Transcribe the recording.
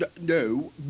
No